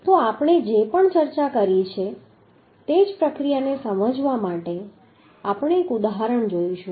તો આપણે જે પણ ચર્ચા કરી છે તે જ પ્રક્રિયાને સમજવા માટે આપણે એક ઉદાહરણ જોઈશું